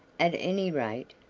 at any rate,